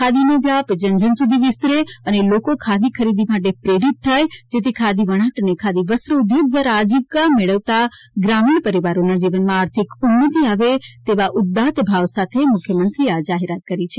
ખાદીનો વ્યાપ જન જન સુધી વિસ્તરે અને લોકો ખાદી ખરીદી માટે પ્રેરિત થાય જેથી ખાદી વણાટ અને ખાદીવસ્ત્ર ઉદ્યોગ દ્વારા આજીવિકા મેળવતા ગ્રામીણ પરિવારોના જીવનમાં આર્થિક ઉન્નતિ આવેતેવા ઉદ્દાત ભાવ સાથે મુખ્યમંત્રીશ્રીએ આ જાહેરાત કરી છે